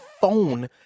phone